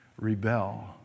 rebel